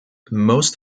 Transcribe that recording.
most